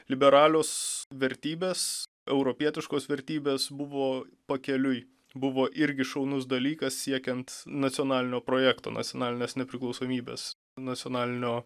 liberalios vertybės europietiškos vertybės buvo pakeliui buvo irgi šaunus dalykas siekiant nacionalinio projekto nacionalinės nepriklausomybės nacionalinio